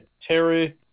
terry